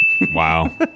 Wow